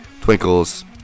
Twinkles